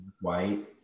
White